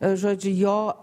žodžiu jo